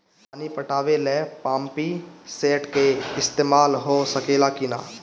पानी पटावे ल पामपी सेट के ईसतमाल हो सकेला कि ना?